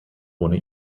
ohne